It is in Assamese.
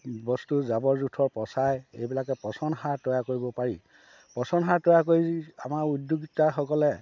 বস্তু জাবৰ জোথৰ পঁচাই এইবিলাকে পচন সাৰ তৈয়াৰ কৰিব পাৰি পচন সাৰ তৈয়াৰ কৰি যি আমাৰ উদ্যোক্তাসকলে